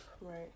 right